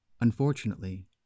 Unfortunately